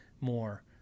more